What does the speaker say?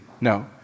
No